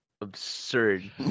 Absurd